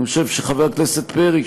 אני חושב שחבר הכנסת פרי,